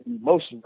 emotion